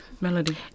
Melody